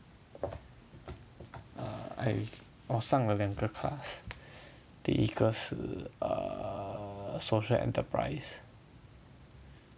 err I 我上了两个 class 第一个是 err social enterprise